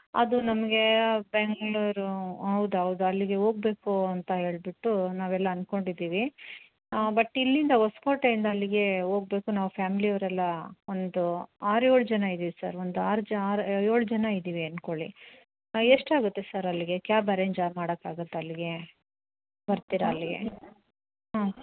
ಅದು ನಮಗೆ ಬೆಂಗಳೂರು ಹೌದೌದು ಅಲ್ಲಿಗೆ ಹೋಗ್ಬೇಕು ಅಂತ ಹೇಳ್ಬಿಟ್ಟು ನಾವೆಲ್ಲ ಅಂದ್ಕೊಂಡಿದ್ದೀವಿ ಬಟ್ ಇಲ್ಲಿಂದ ಹೊಸ್ಕೋಟೆಯಿಂದ ಅಲ್ಲಿಗೆ ಹೋಗಬೇಕು ನಾವು ಫ್ಯಾಮಿಲಿಯವರೆಲ್ಲಾ ಒಂದು ಆರು ಏಳು ಜನ ಇದ್ದೀವಿ ಸರ್ ಒಂದು ಆರು ಆರು ಜ ಏಳು ಜನ ಇದ್ದೀವಿ ಅಂದ್ಕೊಳ್ಳಿ ಎಷ್ಟಾಗುತ್ತೆ ಸರ್ ಅಲ್ಲಿಗೆ ಕ್ಯಾಬ್ ಅರೇಂಜ್ ಮಾಡಕ್ಕಾಗುತ್ತ ಅಲ್ಲಿಗೆ ಬರ್ತೀರಾ ಅಲ್ಲಿಗೆ ಹ್ಞೂ